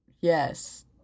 Yes